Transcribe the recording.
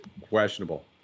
questionable